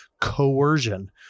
coercion